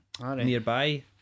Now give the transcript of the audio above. nearby